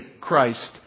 Christ